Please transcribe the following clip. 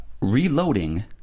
Reloading